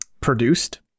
produced